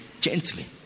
Gently